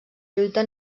lluita